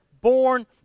born